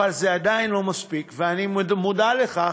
אבל זה עדיין לא מספיק, ואני מודע לכך,